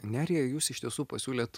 nerija jūs iš tiesų pasiūlėt